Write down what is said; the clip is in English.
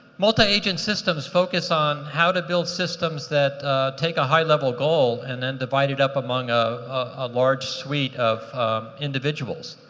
multi agent systems focus on how to build systems that take a high level goal and then divide it up among ah a large suite of individuals.